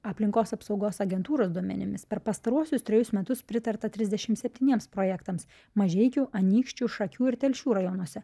aplinkos apsaugos agentūros duomenimis per pastaruosius trejus metus pritarta trisdešimt septyniems projektams mažeikių anykščių šakių ir telšių rajonuose